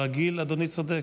ברגיל אדוני צודק.